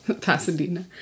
pasadena